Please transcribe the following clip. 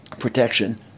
protection